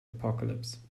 apocalypse